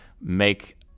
make